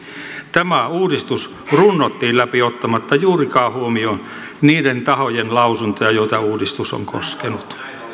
tämä uudistus runnottiin läpi ottamatta juurikaan huomioon niiden tahojen lausuntoja joita uudistus on koskenut